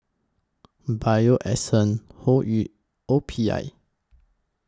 Bio Essence Hoyu O P I